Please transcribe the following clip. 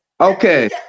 Okay